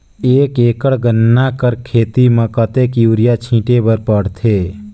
एक एकड़ गन्ना कर खेती म कतेक युरिया छिंटे बर पड़थे?